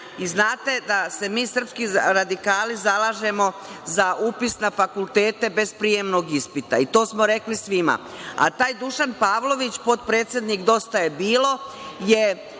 Znate da se mi srpski radikali zalažemo za upis na fakultete bez prijemnog ispita. To smo rekli svima. Taj Dušan Pavlović, potpredsednik DJB je pre